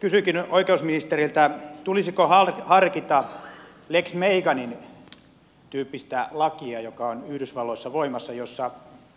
kysynkin oikeusministeriltä tulisiko harkita lex meganin tyyppistä lakia joka on yhdysvalloissa voimassa ja jossa